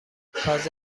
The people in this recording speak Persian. تازه